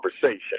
conversation